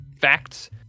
facts